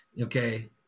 Okay